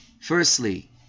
firstly